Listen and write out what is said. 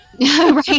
Right